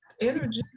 energy